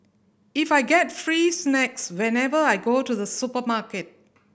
if I get free snacks whenever I go to the supermarket